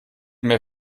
mehr